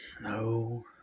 no